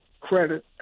credit